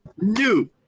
New